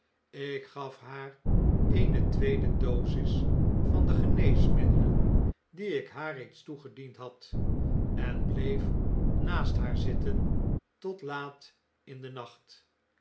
ik gaf haar eene tweede dosis van de geneesmiddelen die ik haar reeds toegediend had ea bleef naast haar zitten tot laat in den nacht